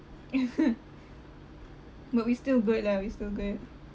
but we still good lah we still good